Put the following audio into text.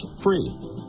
free